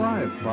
Life